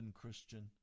Christian